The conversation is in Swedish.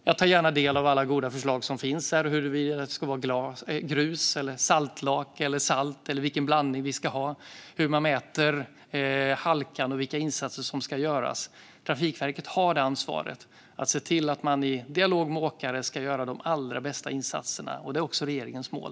Jag tar gärna del av alla goda förslag som finns om huruvida det ska vara grus, saltlake eller salt och vilken blandning det ska vara, om hur man mäter halka och om vilka insatser som ska göras. Trafikverket har som ansvar att i dialog med åkare göra de allra bästa insatserna. Det är också regeringens mål.